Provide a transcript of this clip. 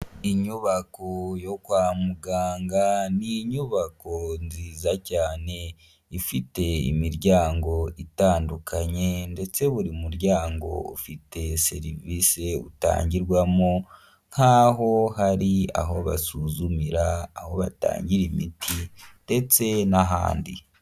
Inyubako yo kwa muganga ni inyubako nziza cyane, ifite imiryango itandukanye, ndetse buri muryango ufite serivise utangirwamo, nk'aho hari aho basuzumira, aho batangira imiti, ndetse n'ahandi.